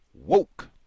woke